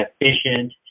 efficient